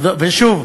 ושוב,